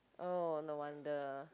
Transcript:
oh no wonder